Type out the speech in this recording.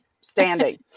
standing